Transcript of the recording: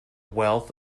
wealth